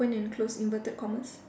open and close inverted commas